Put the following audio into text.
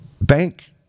bank